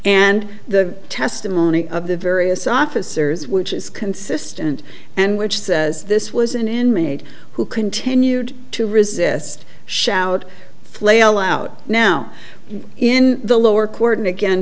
and the testimony of the various officers which is consistent and which says this was an inmate who continued to resist shout flail out now in the lower court and again